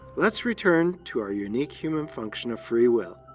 let's return to our unique human function of free will.